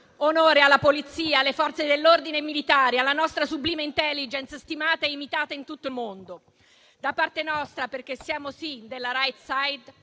onore alla Polizia, alle Forze dell'ordine e ai militari, alla nostra sublime *Intelligence*, stimata e imitata in tutto il mondo. Da parte nostra, perché siamo, sì, della *right side*,